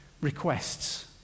requests